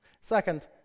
Second